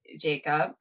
Jacob